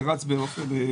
זה רץ כל השנה,